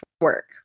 work